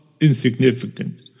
insignificant